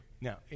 Now